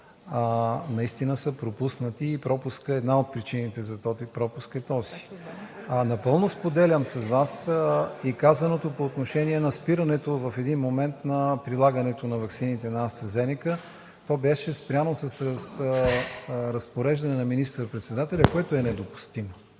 наистина са пропуснати и една от причините за този пропуск е тази. Напълно споделям с Вас и казаното по отношение на спирането в един момент на прилагането на ваксините на „Астра Зенека“. То беше спряно с разпореждане на министър-председателя, което е недопустимо.